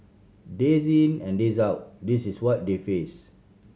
days in and days out this is what they face